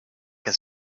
can